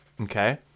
okay